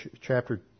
chapter